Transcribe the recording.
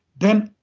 then,